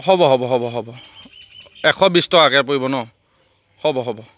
হ'ব হ'ব হ'ব হ'ব এশ বিছ টকাকৈ পৰিব ন হ'ব হ'ব